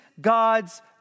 God's